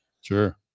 Sure